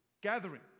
gathering